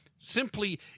Simply